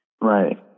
Right